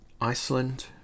Iceland